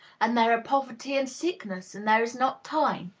and there are poverty and sickness, and there is not time?